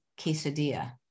quesadilla